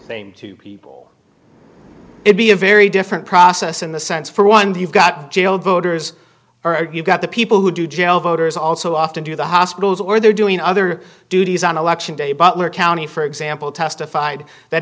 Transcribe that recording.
two it be a very different process in the sense for once you've got jailed voters or you've got the people who do jail voters also often do the hospitals where they're doing other duties on election day butler county for example testified that